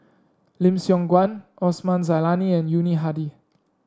Lim Siong Guan Osman Zailani and Yuni Hadi